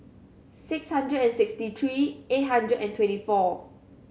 six hundred and sixty three eight hundred and twenty four